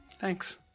Thanks